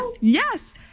Yes